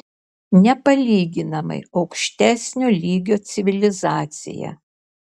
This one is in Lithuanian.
nepalyginamai aukštesnio lygio civilizacija